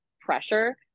pressure